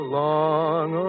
long